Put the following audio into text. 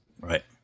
Right